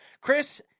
Chris